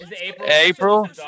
April